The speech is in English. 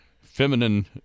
feminine